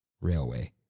railway